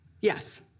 Yes